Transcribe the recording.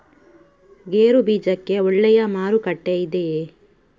ಗೇರು ಬೀಜಕ್ಕೆ ಒಳ್ಳೆಯ ಮಾರುಕಟ್ಟೆ ಇದೆಯೇ?